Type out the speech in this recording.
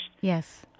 Yes